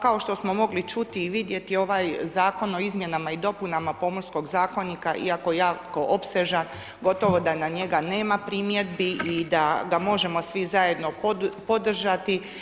Kao što smo mogli čuti i vidjeti ovaj Zakon o izmjenama i dopunama pomorskog zakonika, iako jako opsežan, gotovo da na njega nema primjedbi i da ga možemo svi zajedno podržati.